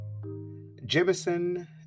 Jemison